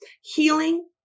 healing